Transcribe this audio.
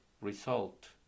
result